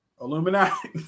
Illuminati